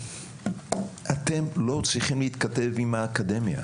אתם לא צריכים להתכתב עם האקדמיה,